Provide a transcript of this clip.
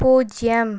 பூஜ்ஜியம்